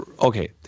okay